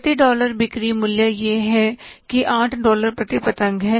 प्रति डॉलर बिक्री मूल्य यह है कि 8 डॉलर प्रति पतंग है